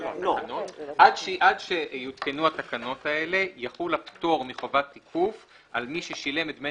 עד שיותקנו התקנות האלה יחול הפטור מחובת תיקוף על מי ששילם את דמי